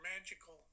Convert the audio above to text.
magical